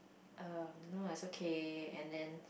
err no lah is okay and then